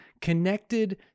connected